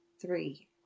three